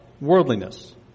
worldliness